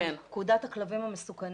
פקודת הכלבים המסוכנים,